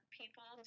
people